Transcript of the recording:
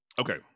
Okay